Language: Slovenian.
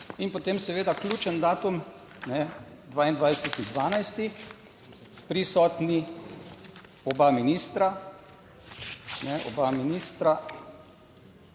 in potem seveda, ključen datum 22. 12. Prisotni oba ministra, oba ministra